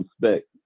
respect